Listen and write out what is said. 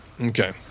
Okay